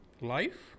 Life